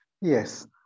yes